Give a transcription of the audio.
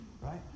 right